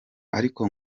ariko